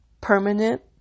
permanent